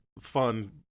Fun